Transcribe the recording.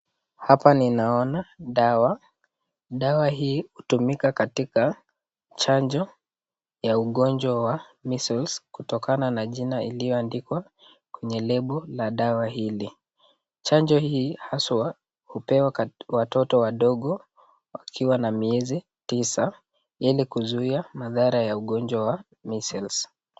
Hapa ninaona dawa. Dawa hii hutumika katika chanjo ya ugonjwa wa measles, kutokana na jina iliyo andikwa kwenye [label] ya dawa hili. Chanjo hii haswa hupewa watoto wadogo wakiwa na miezi tisa ili kuzuia madhara ya ugonjwa [measles]